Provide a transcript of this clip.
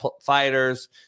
fighters